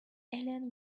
alien